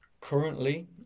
Currently